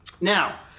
Now